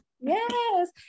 yes